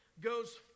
goes